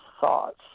thoughts